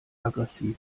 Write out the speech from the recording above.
aggressiv